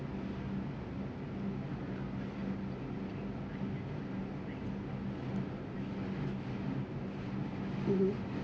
mmhmm